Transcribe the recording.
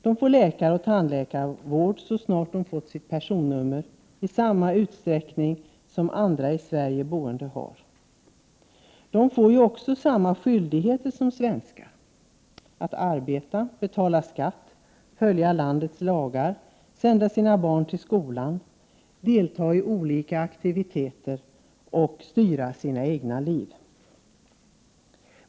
De får läkaroch tandläkarvård så snart de har fått sitt personnummer i samma utsträckning som andra i Sverige boende. De får också samma skyldigheter som svenskar: att arbeta, betala skatt, följa landets lagar, sända sina barn till skolan, delta i olika aktiviteter och styra sina egna liv.